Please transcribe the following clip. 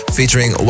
Featuring